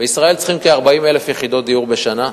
בישראל צריכים כ-40,000 יחידות דיור בשנה.